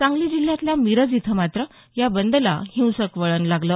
सांगली जिल्ह्यातल्या मिरज इथं मात्र या बंदला हिंसक वळण लागलं